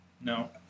No